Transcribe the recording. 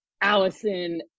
Allison